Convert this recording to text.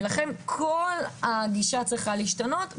ולכן כל הגישה צריכה להשתנות,